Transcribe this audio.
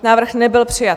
Návrh nebyl přijat.